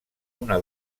una